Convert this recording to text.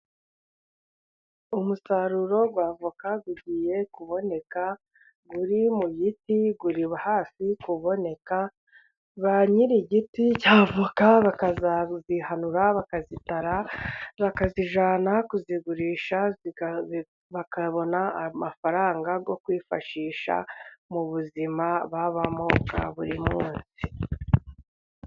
Umusaruro w'avoka ugiye kuboneka, uri mu giti urihafi kuboneka ba nyirigiti cy'avoka, bakazazihanura bakazitara, bakazijyana kuzigurisha bakabona amafaranga yo kwifashisha mu buzima, babamo bwa buri munsi.